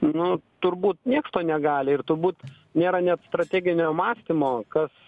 nu turbūt nieks to negali ir turbūt nėra net strateginio mąstymo kas